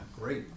great